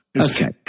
Okay